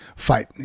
fight